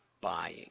buying